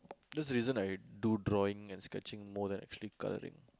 this is the reason I do drawing and sketching more than actually coloring